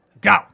Go